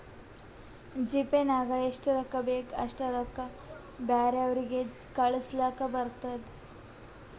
GPay ನಾಗ್ ಎಷ್ಟ ಬೇಕ್ ಅಷ್ಟ ರೊಕ್ಕಾ ಬ್ಯಾರೆವ್ರಿಗ್ ಕಳುಸ್ಲಾಕ್ ಬರ್ತುದ್